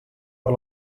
per